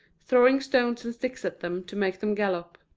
throwing stones and sticks at them to make them gallop.